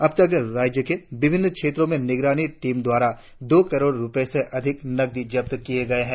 अब तक राज्य के विभिन्न क्षेत्रो में निगरानी टीम द्वारा दो करोड़ रुपये से अधिक नगदी जब्त किया गया है